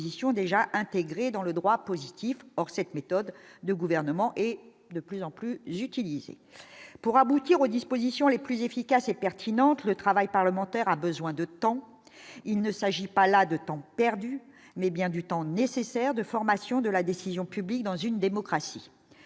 déjà intégrées dans le droit positif, or cette méthode de gouvernement et de plus en plus utilisé pour aboutir aux dispositions les plus efficace et pertinente le travail parlementaire a besoin de temps, il ne s'agit pas là de temps perdu, mais bien du temps nécessaire de formation de la décision publique dans une démocratie,